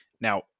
Now